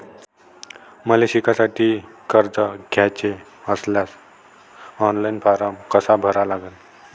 मले शिकासाठी कर्ज घ्याचे असल्यास ऑनलाईन फारम कसा भरा लागन?